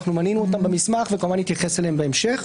מנינו אותן במסמך וכמובן, נתייחס אליהן בהמשך.